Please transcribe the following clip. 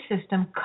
system